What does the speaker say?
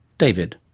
david.